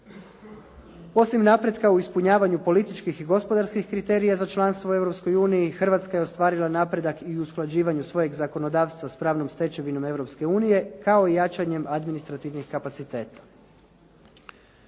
Osim napretka u ispunjavanju političkih i gospodarskih kriterija za članstvo u Europskoj uniji Hrvatska je ostvarila napredak i u usklađivanju svojeg zakonodavstva s pravnom stečevinom Europske unije kao i jačanjem administrativnih kapaciteta.